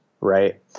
right